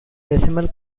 decimal